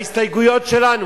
בהסתייגויות שלנו,